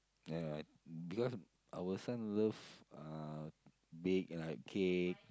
ya because our son love uh bake like cake